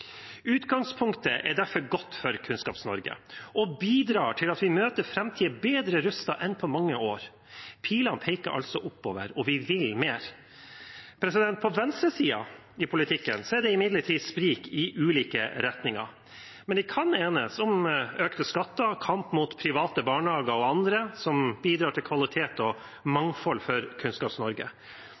Utgangspunktet er derfor godt for Kunnskaps-Norge, og det bidrar til at vi møter framtiden bedre rustet enn på mange år. Pilene peker altså oppover, og vi vil mer. På venstresiden i politikken er det imidlertid sprik i ulike retninger – men de kan enes om økte skatter og kamp mot private barnehager og andre som bidrar til kvalitet og mangfold for